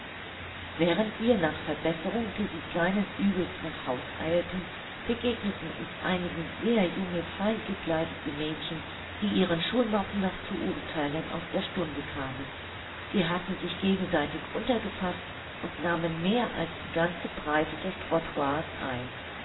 während wir nach verbesserung dieses kleinen uebels nach haus eilten begegneten uns einige sehr junge fein gekleidete mädchen die ihren schulmappen nach zu urtheilen aus der stunde kamen sie hatten sich gegenseitig untergefaßt und nahmen mehr als die ganze breite des trottoirs ein